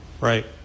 Right